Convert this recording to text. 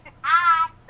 Hi